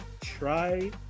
try